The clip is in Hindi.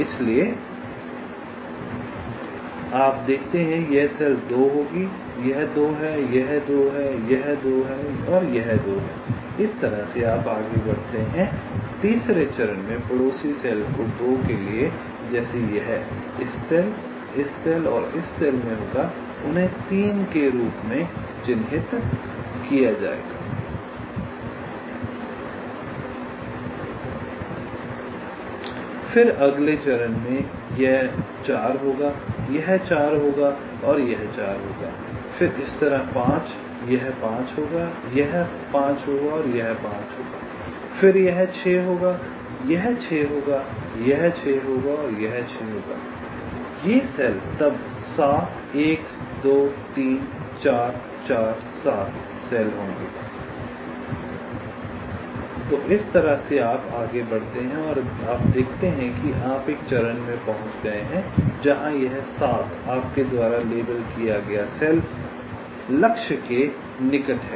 इसलिए आप देखते हैं कि यह सेल 2 होगी यह 2 है यह 2 है यह 2 है और यह 2 है इस तरह से आप आगे बढ़ते हैं तीसरे चरण में पड़ोसी सेल को 2 के लिए जैसे यह इस सेल इस सेल और इस सेल में होगा उन्हें 3 के रूप में चिह्नित किया जाएगा फिर अगले चरण में यह 4 होगा यह 4 होगा और यह 4 होगा फिर इस तरह 5 यह 5 होगा यह होगा 5 यह 5 होगा फिर यह 6 होगा यह 6 होगा यह 6 होगा और यह 6 होगा ये 4 सेल तब 7 1 2 3 4 4 7 सेल होंगे तो इस तरह से आप आगे बढ़ते हैं और आप देखते हैं कि आप एक चरण में पहुंच गए हैं जहां यह 7 आपके द्वारा लेबल किया गया सेल लक्ष्य के निकट है